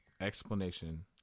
explanation